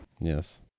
Yes